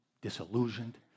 disillusioned